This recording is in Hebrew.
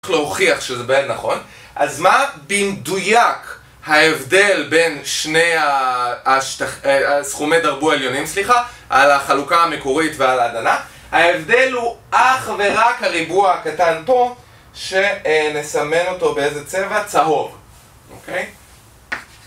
איך להוכיח שזה באמת נכון, אז מה במדויק ההבדל בין שני הסכומי דרבו העליונים, סליחה, על החלוקה המקורית ועל ההדנה ההבדל הוא אך ורק הריבוע הקטן פה, שנסמן אותו באיזה צבע? צהוב